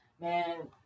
Man